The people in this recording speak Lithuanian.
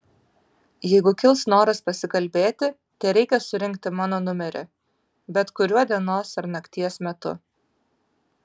jeigu kils noras pasikalbėti tereikia surinkti mano numerį bet kuriuo dienos ar nakties metu